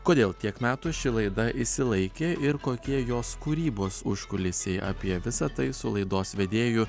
kodėl tiek metų ši laida išsilaikė ir kokie jos kūrybos užkulisiai apie visa tai su laidos vedėju